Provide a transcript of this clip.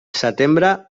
setembre